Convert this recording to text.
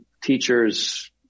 teachers